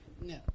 No